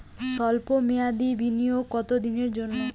সল্প মেয়াদি বিনিয়োগ কত দিনের জন্য?